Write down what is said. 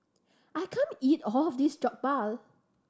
I can't eat all of this Jokbal